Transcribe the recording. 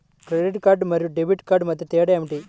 Credit card మరియు debit card మధ్య తేడా ఏమిటి?